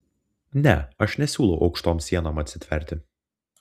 ne aš nesiūlau aukštom sienom atsitverti